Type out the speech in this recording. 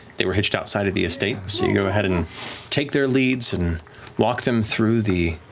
they were hitched outside of the estate. so you go ahead and take their leads and walk them through the